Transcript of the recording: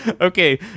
Okay